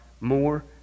more